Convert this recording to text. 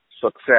success